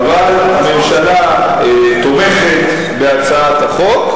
אבל הממשלה תומכת בהצעת החוק,